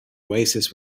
oasis